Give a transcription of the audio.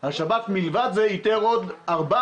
כי מלבד זה השב"כ איתר עוד 400